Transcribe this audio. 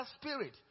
spirit